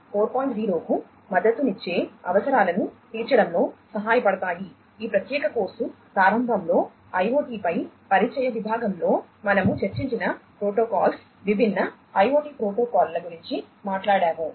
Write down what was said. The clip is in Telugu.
0 కు మద్దతునిచ్చే అవసరాలను తీర్చడంలో సహాయపడతాయి ఈ ప్రత్యేక కోర్సు ప్రారంభంలో IoT పై పరిచయ విభాగంలో మనము చర్చించిన ప్రోటోకాల్స్ విభిన్న IoT ప్రోటోకాల్ల గురించి మాట్లాడాము